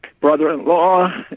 brother-in-law